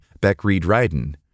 Beck-Reed-Ryden